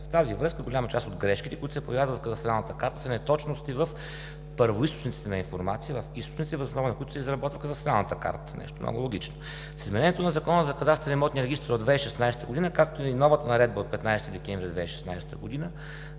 В тази връзка голяма част от грешките, които се появяват в кадастралната карта, са неточности в първоизточниците на информация, в източници, въз основа на които се изработва кадастралната карта. Нещо много логично. С изменението на Закона за кадастъра и имотния регистър от 2016 г., както и новата Наредба от 15 декември 2016 г. за